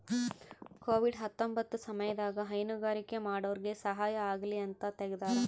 Covid ಹತ್ತೊಂಬತ್ತ ಸಮಯದಾಗ ಹೈನುಗಾರಿಕೆ ಮಾಡೋರ್ಗೆ ಸಹಾಯ ಆಗಲಿ ಅಂತ ತೆಗ್ದಾರ